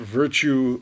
virtue